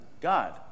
God